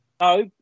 No